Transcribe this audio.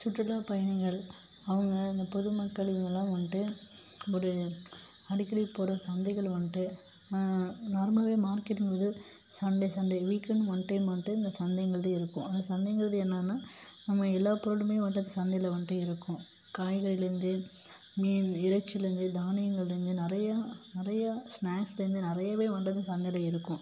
சுற்றுலாப் பயணிகள் அவங்க இந்த பொதுமக்கள் இவங்கள்லாம் வந்துட்டு ஒரு அடிக்கடி போகிற சந்தைகள் வந்துட்டு நார்மலாகவே மார்க்கெட்டுங்கிறது Sunday Sunday weekend one time வந்துட்டு இந்த சந்தைங்கிறது இருக்கும் ஆனால் சந்தைங்கிறது என்னென்னா நம்ம எல்லா பொருளுமே வந்துட்டு அந்த சந்தையில் வந்துட்டு இருக்கும் காய்கறியிலேருந்து மீன் இறைச்சிலேருந்து தானியங்கள்லேருந்து நிறையா நிறையா ஸ்நாக்ஸ்லேருந்து நிறையவே வந்துட்டு அந்த சந்தையில் இருக்கும்